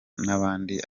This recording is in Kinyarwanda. n’abandi